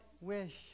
wish